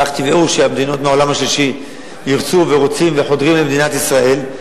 ואך טבעי הוא שממדינות העולם השלישי ירצו ורוצים וחודרים למדינת ישראל,